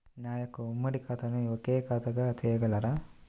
నా యొక్క ఉమ్మడి ఖాతాను ఒకే ఖాతాగా చేయగలరా?